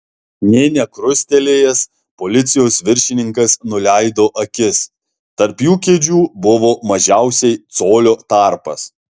nė nekrustelėjęs policijos viršininkas nuleido akis tarp jų kėdžių buvo mažiausiai colio tarpas